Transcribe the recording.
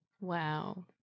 Wow